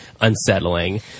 unsettling